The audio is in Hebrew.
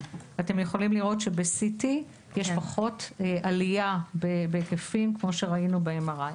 אתם יכולים לראות שב-CT יש פחות עלייה בהיקפים כמו שראינו ב-MRI.